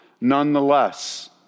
nonetheless